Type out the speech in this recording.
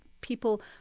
people